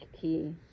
key